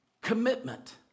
commitment